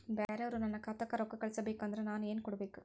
ಬ್ಯಾರೆ ಅವರು ನನ್ನ ಖಾತಾಕ್ಕ ರೊಕ್ಕಾ ಕಳಿಸಬೇಕು ಅಂದ್ರ ನನ್ನ ಏನೇನು ಕೊಡಬೇಕು?